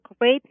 great